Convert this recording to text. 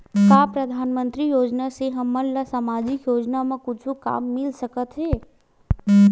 का परधानमंतरी योजना से हमन ला सामजिक योजना मा कुछु काम मिल सकत हे?